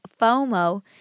FOMO